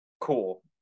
Cool